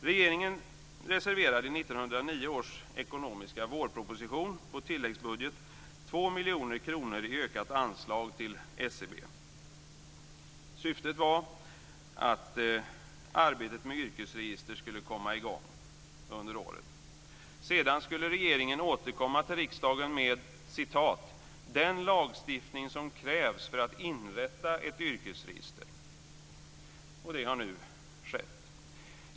Regeringen reserverade i 1999 års ekonomiska vårproposition på tilläggsbudget 2 miljoner kronor i ökat anslag till SCB. Syftet var att arbetet med yrkesregister skulle komma i gång under året. Sedan skulle regeringen återkomma till riksdagen med "den lagstiftning som krävs för att inrätta ett yrkesregister". Det har nu skett.